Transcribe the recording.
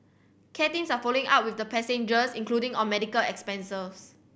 care teams are following up with the passengers including on medical expenses